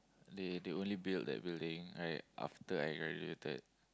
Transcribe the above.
they they only build that building like after I graduated